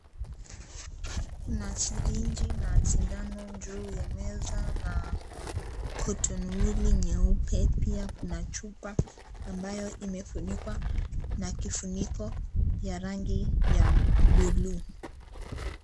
Kuna sirinji na sindano juu ya meza na kutunguli nyeupe, pia kuna chupa ambayo imefunikwa na kifuniko ya rangi ya buluu.